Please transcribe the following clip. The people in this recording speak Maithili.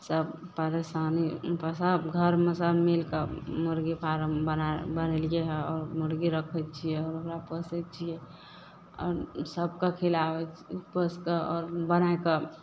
सब परेशानी सब घरमे सब मिलकऽ मुर्गी फार्म बना बनेलियै हँ आओर मुर्गी रखय छियै आओर ओकरा पोसय छियै आओर सबके खिलाबय पोसिकऽ आओर बना कऽ